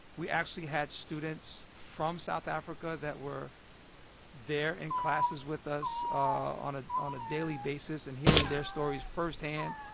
we actually had students from south africa that were there in classes with us on ah on a daily basis and hearing their stories firsthand,